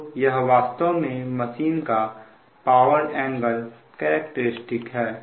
तो यह वास्तव में मशीन का पावर एंगल कैरेक्टरिस्टिक है